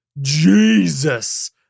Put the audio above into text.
Jesus